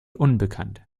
unbekannt